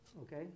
Okay